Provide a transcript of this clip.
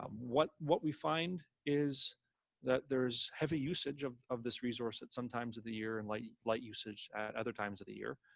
um what what we find is that there's heavy usage of of this resource at some times of the year and like light usage at other times of the year.